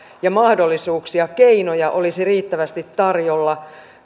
mahdollisuuksia ja keinoja olisi riittävästi tarjolla